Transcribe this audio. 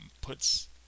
puts